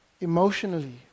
emotionally